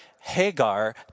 Hagar